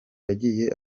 yagiye